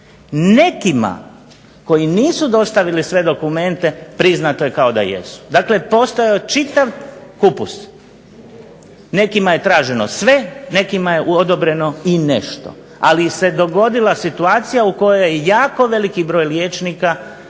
Nekima koji nisu dostavili sve dokumente priznato je kao da jesu. Dakle, postojao je čitav kupus. Nekima je traženo sve, nekima je odobreno i nešto. Ali se dogodila situacija u kojoj jako veliki broj liječnika